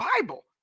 Bible